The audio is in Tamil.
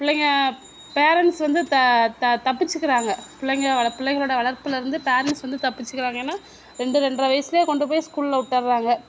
பிள்ளைங்க பேரண்ட்ஸ் வந்து தப்பிச்சுக்கிறாங்க பிள்ளைங்கள் வளர்ப்பு பிள்ளைங்களோட வளர்ப்பிலருந்து பேரண்ட்ஸ் வந்து தப்பிச்சுக்கிறாங்க ஏன்னா ரெண்டு ரெண்டரை வயதிலேயே கொண்டு போய் ஸ்கூல்ல விட்டுடுறாங்க